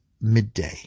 midday